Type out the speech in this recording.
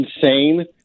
insane